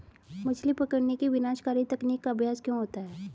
मछली पकड़ने की विनाशकारी तकनीक का अभ्यास क्यों होता है?